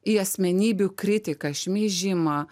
į asmenybių kritiką šmeižimą